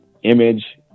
image